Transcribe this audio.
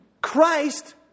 Christ